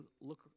look